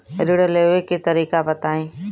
ऋण लेवे के तरीका बताई?